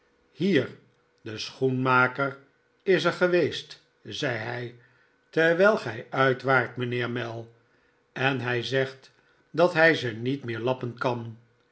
hier de schoenmaker is er geweest zei hij terwijl gij uit waart mijnheer mell en hij zegt dat hij ze niet meer lappen kan